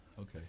Okay